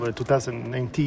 2019